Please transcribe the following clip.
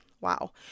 wow